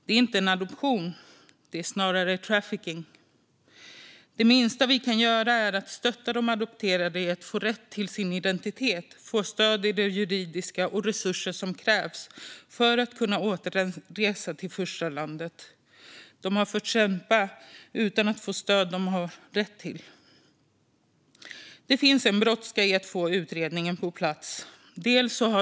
Det är inte en adoption; det är snarare trafficking. Det minsta vi kan göra är att stötta de adopterade i att få rätt till sin identitet, stöd i det juridiska och de resurser som krävs för att kunna göra en återresa till det första landet. De har fått kämpa utan att få det stöd de har rätt till. Det finns en brådska i att få utredningen på plats.